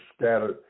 scattered